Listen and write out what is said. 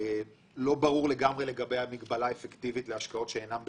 לא ברור לגמרי לגבי המגבלה האפקטיבית להשקעות שאינן בטוחות,